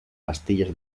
pastillas